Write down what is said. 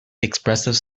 expressive